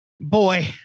boy